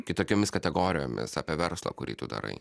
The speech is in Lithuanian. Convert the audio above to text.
kitokiomis kategorijomis apie verslą kurį tu darai